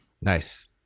Nice